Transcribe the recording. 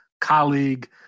colleague